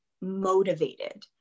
motivated